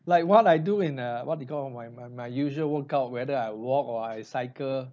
like what I do in uh what do you call my my my usual workout whether I walk or I cycle